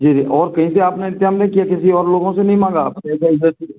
जी जी और कहीं से आपने इंतेज़ाम नहीं किया किसी और लोगों से नहीं माँगा इधर इधर